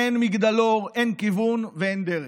אין מגדלור, אין כיוון ואין דרך.